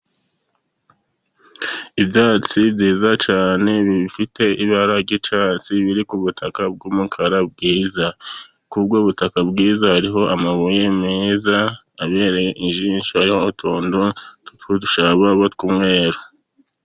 Ibyatsi byiza cyane bifite ibara ry'icyatsi biri ku butaka bw'umukara bwiza, kuri ubwo butaka bwiza hariho amabuye meza abereye ijisho, hariho utuntu tw' udushababa tw'umweru.